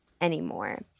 anymore